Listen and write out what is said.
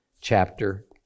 chapter